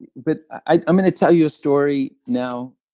but, i mean, i'll tell you a story now,